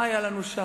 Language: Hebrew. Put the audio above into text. מה היה לנו שם?